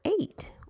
eight